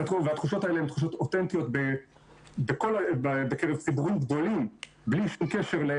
התחושות האלה הן תחושות אותנטיות בקרב ציבורים גדולים בלי שום קשר ל